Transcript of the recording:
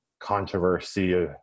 controversy